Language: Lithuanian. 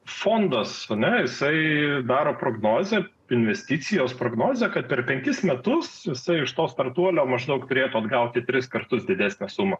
fondas o ne jisai daro prognozę investicijos prognozę kad per penkis metus jisai iš to startuolio maždaug turėtų atgauti tris kartus didesnę sumą